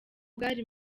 bwari